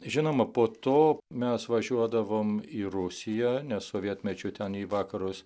žinoma po to mes važiuodavom į rusiją nes sovietmečiu ten į vakarus